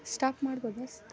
stop ಮಾಡ್ಬೋದಾ sir